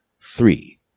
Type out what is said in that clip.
three